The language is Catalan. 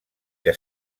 que